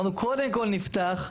אנחנו קודם כל נפתח,